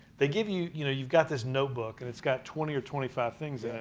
they give you you know, you've got this notebook and it's got twenty or twenty five things